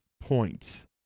points